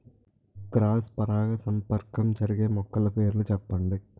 Cross పరాగసంపర్కం జరిగే మొక్కల పేర్లు చెప్పండి?